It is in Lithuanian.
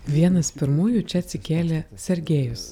vienas pirmųjų čia atsikėlė sergejus